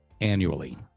annually